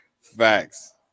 Facts